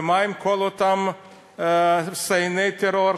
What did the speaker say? ומה עם כל אותם סייעני טרור,